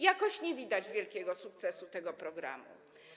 Jakoś nie widać wielkiego sukcesu tego programu.